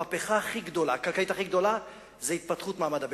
המהפכה הכלכלית הכי גדולה היא התפתחות מעמד הביניים.